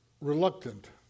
reluctant